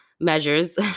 measures